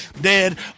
dead